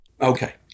Okay